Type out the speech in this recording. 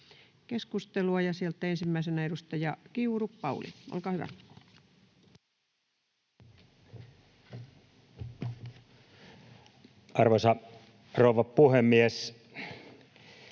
Keskustelua, ja sieltä ensimmäisenä edustaja Kiuru, Pauli. Olkaa hyvä. [Speech 30] Speaker: